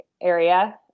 area